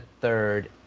third